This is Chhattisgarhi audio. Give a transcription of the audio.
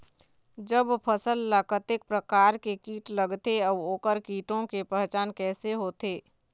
जब फसल ला कतेक प्रकार के कीट लगथे अऊ ओकर कीटों के पहचान कैसे होथे?